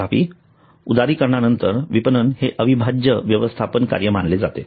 तथापि उदारीकरणानंतर विपणन हे अविभाज्य व्यवस्थापन कार्य मानले जाते